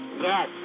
Yes